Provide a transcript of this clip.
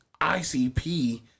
ICP